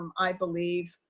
um i believe